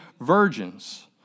virgins